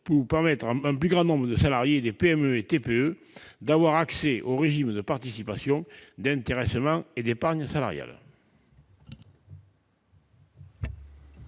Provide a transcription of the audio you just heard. pour permettre à un plus grand nombre de salariés des PME et TPE d'avoir accès au régime de participation, d'intéressement et d'épargne salariale